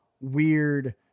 weird